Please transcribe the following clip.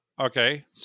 Okay